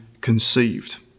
conceived